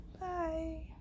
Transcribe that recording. Bye